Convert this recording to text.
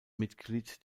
mitglied